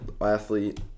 athlete